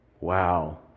Wow